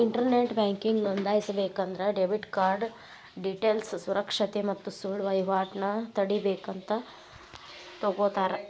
internet banking ನೋಂದಾಯಿಸಬೇಕಂದ್ರ debit card ಡೇಟೇಲ್ಸ್ನ ಸುರಕ್ಷತೆ ಮತ್ತ ಸುಳ್ಳ ವಹಿವಾಟನ ತಡೇಬೇಕಂತ ತೊಗೋತರ